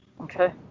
Okay